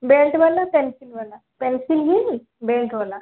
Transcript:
belt ବାଲା pencil ବାଲା pencil heel belt ବାଲା